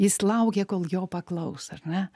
jis laukia kol jo paklaus ar ne